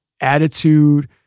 attitude